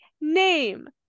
name